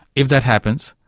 if that happens,